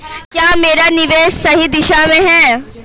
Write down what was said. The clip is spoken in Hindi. क्या मेरा निवेश सही दिशा में है?